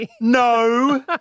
No